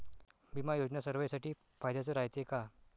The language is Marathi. बिमा योजना सर्वाईसाठी फायद्याचं रायते का?